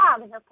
okay